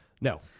No